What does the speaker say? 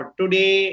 today